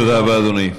תודה רבה, אדוני.